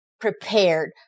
prepared